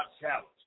challenge